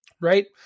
right